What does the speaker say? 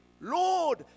lord